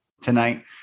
tonight